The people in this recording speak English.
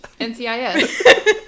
NCIS